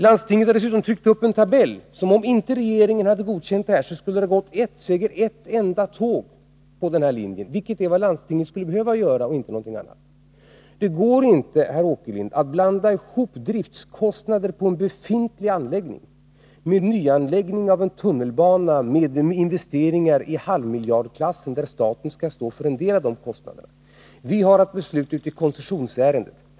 Landstinget har dessutom tryckt upp en tidtabell som visar att om regeringen inte godkänt detta, så skulle det ha gått ett enda tåg på den här linjen. Det är vad landstinget skulle behöva göra. Det går inte, herr Åkerlind, att blanda ihop driftkostnader på en befintlig anläggning med nyanläggning av en tunnelbana med investeringar i halvmiljardklassen, där staten skall stå för en del av kostnaderna. Vi har att besluta i koncessionsärendet.